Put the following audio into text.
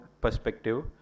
perspective